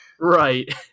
Right